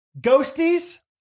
ghosties